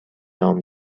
نام